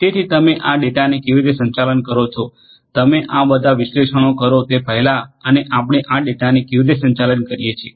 તેથી તમે આ ડેટાને કેવી રીતે સંચાલન કરો છો તમે આ બધા વિશ્લેષણો કરો તે પહેલાં અને આપણે આ ડેટાને કેવી રીતે સંચાલન કરીએ છીએ